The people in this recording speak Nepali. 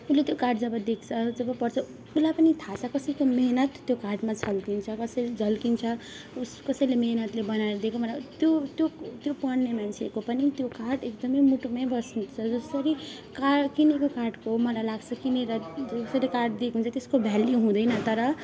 उसले जब त्यो कार्ड देख्छ जब पढ्छ उसलाई पनि थाहा छ कसैको मेहेनत त्यो कार्डमा झल्किन्छ कसैले झल्किन्छ को कसैले मेहेनतले बनाएर दिएको मलाई त्यो त्यो त्यो पढ्ने मान्छेको पनि त्यो कार्ड एकदमै मुटुमै बस्ने हुन्छ जसरी का किनेको कार्डको मलाई लाग्छ किनेर जसले कार्ड दिएको हुन्छ त्यसको भ्याल्यू हुँदैन तर